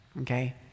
okay